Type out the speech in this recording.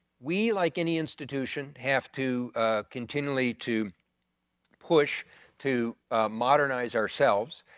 we, like any institution have to continually to push to modernize ourselves.